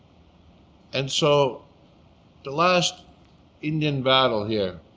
and so the last indian battle here,